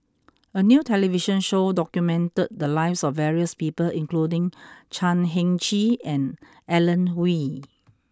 a new television show documented the lives of various people including Chan Heng Chee and Alan Oei